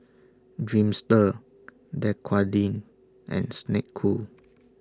Dreamster Dequadin and Snek Ku